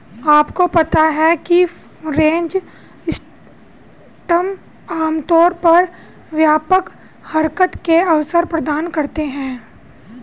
आपको पता है फ्री रेंज सिस्टम आमतौर पर व्यापक हरकत के अवसर प्रदान करते हैं?